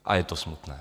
A je to smutné.